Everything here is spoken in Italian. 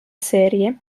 serie